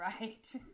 right